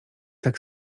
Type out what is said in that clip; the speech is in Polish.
tak